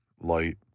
light